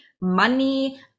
money